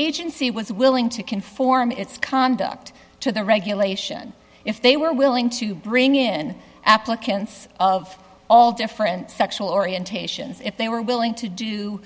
agency was willing to conform its conduct to the regulation if they were willing to bring in applicants of all different sexual orientations if they were willing to do